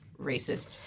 racist